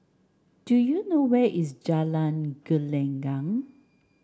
do you know where is Jalan Gelenggang